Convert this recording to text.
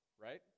right